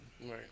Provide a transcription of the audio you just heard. Right